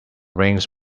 rains